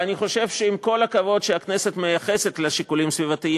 ואני חושב שעם כל הכבוד שהכנסת מייחסת לשיקולים סביבתיים,